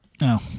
No